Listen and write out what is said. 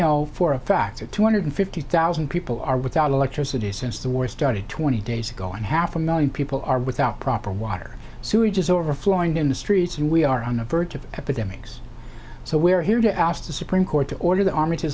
know for a fact that two hundred fifty thousand people are without electricity since the war started twenty days ago and half a million people are without proper water sewage is overflowing in the streets and we are on the verge of epidemics so we are here to oust the supreme court to order the army to